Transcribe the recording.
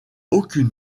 aucune